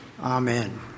Amen